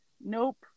Nope